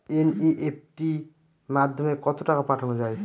NEFT মাধ্যমে কত টাকা পাঠানো যায়?